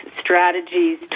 strategies